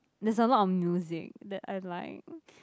there's a lot of music that I like